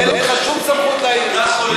אין לך שום סמכות להעיר לי.